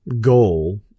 goal